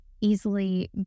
easily